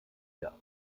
der